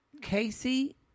Casey –